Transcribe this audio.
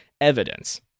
evidence